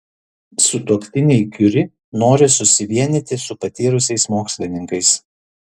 sutuoktiniai kiuri nori susivienyti su patyrusiais mokslininkais